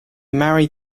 married